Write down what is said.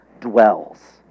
dwells